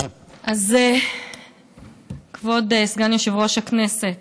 אז כבוד סגן יושב-ראש הכנסת,